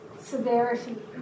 severity